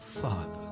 Father